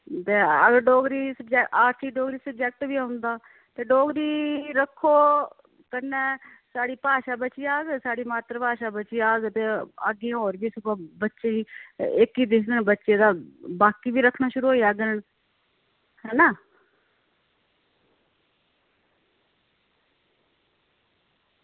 ते अगर आर्टस च डोगरी सब्जेक्ट बी औंदा ते डोगरी रक्खो कन्नै साढ़ी भाशा बची जाह्ग ते साढ़ी मात्तर भाशा बची जाह्ग ते अग्गें सगुआं होर बी बच्चें ई इक्क गी दिक्खङन बच्चे तां बाकी रक्खना शुरू होई जाङन ऐ ना